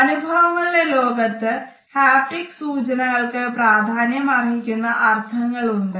അനുഭവങ്ങളുടെ ലോകത്ത് ഹാപ്റ്റിക് സൂചകങ്ങൾക്ക് പ്രാധാന്യം അർഹിക്കുന്ന അർഥങ്ങൾ ഉണ്ട്